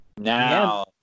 Now